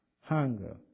hunger